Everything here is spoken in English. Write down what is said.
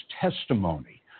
testimony